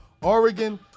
Oregon